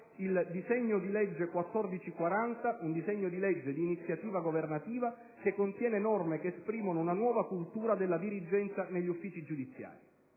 il disegno di legge n. 1440, di iniziativa governativa, che contiene norme che esprimono una nuova cultura della dirigenza negli uffici di giudiziari.